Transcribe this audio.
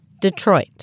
Detroit